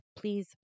Please